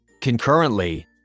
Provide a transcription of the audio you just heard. Concurrently